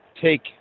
take